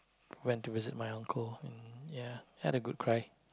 went to visit my uncle ya had a good cry